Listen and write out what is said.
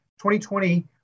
2020